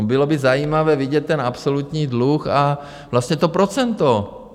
Bylo by zajímavé vidět ten absolutní dluh a vlastně to procento.